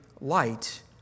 light